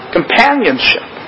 Companionship